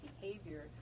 behavior